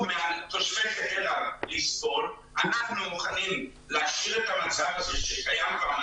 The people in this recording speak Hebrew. מתושבי חדרה את הסבל ואנחנו מוכנים להשאיר את המצב הזה שקיים.